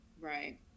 Right